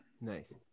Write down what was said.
Nice